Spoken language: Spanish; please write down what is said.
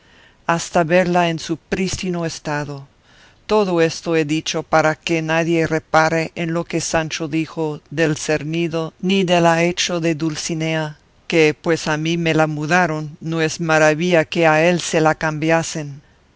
hasta verla en su prístino estado todo esto he dicho para que nadie repare en lo que sancho dijo del cernido ni del ahecho de dulcinea que pues a mí me la mudaron no es maravilla que a él se la cambiasen